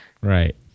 Right